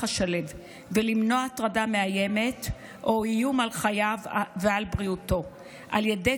השלו ולמנוע הטרדה מאיימת או איום על חייו ועל בריאותו על ידי